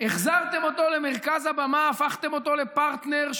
והחזרתם אותו למרכז הבמה, הפכתם אותו לפרטנר.